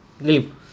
leave